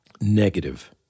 negative